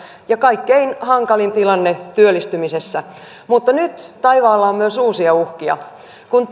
ja kaikkein hankalin tilanne työllistymisessä mutta nyt taivaalla on myös uusia uhkia kun